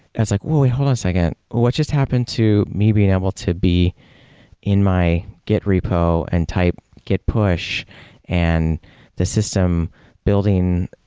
that's like, well, hold on a second. what just happened to me being able to be in my git repo and type git push and the system building,